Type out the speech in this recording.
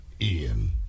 Ian